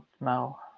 now